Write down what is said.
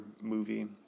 movie